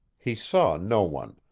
he saw no one